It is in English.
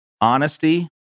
honesty